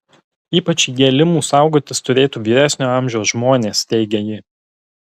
ypač įgėlimų saugotis turėtų vyresnio amžiaus žmonės teigia ji